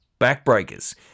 backbreakers